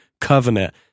covenant